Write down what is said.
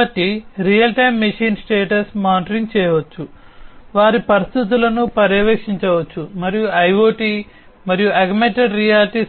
కాబట్టి real time machine status monitoring చేయవచ్చు వారి పరిస్థితులను పర్యవేక్షించవచ్చు మరియు IoT మరియు ఆగ్మెంటెడ్ రియాలిటీ